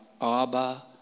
Abba